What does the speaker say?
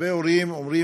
הרבה הורים אומרים,